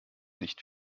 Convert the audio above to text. nicht